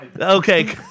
Okay